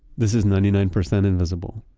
this is ninety nine percent invisible.